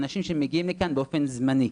אנשים שמגיעים לכאן באופן זמני?